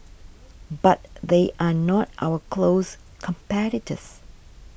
but they are not our close competitors